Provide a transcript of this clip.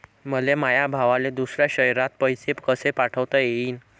मले माया भावाले दुसऱ्या शयरात पैसे कसे पाठवता येईन?